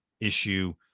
issue